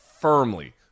firmly